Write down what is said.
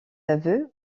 aveux